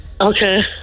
okay